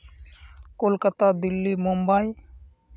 Kolkata Delhi Mumbai